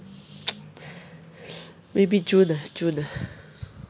maybe june ah june ah